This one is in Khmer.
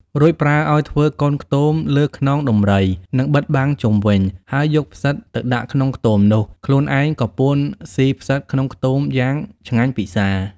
រួចប្រើឲ្យធ្វើកូនខ្ទមលើខ្នងដំរី និងបិទបាំងជុំវិញ ហើយយកផ្សិតទៅដាក់ក្នុងខ្ទមនោះ។ ខ្លួនឯងក៏ពួនស៊ីផ្សិតក្នុងខ្ទមយ៉ាងឆ្ងាញ់ពិសា។